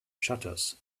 shutters